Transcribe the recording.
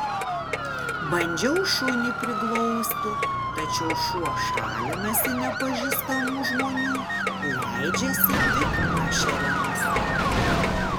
bandžiau šunį priglausti tačiau šuo šalinasi nepažįstamų žmonių leidžiasi tik pašeriamas